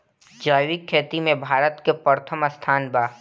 जैविक खेती में भारत का प्रथम स्थान बा